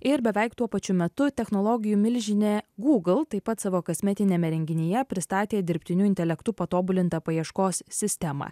ir beveik tuo pačiu metu technologijų milžinė google taip pat savo kasmetiniame renginyje pristatė dirbtiniu intelektu patobulintą paieškos sistemą